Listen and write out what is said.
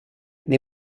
nei